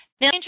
Now